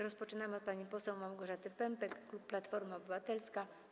Rozpoczynamy od pani poseł Małgorzaty Pępek, klub Platforma Obywatelska.